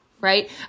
right